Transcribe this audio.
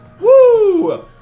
Woo